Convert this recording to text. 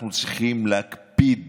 אנחנו צריכים להקפיד